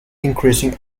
increasing